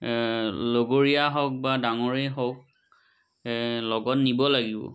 লগৰীয়া হওক বা ডাঙৰেই হওক লগত নিব লাগিব